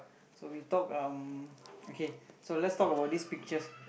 so we talk um okay let's talk about these pictures